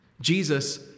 Jesus